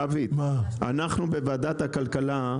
גבירתי, עכשיו כשאנחנו, בוועדת הכלכלה,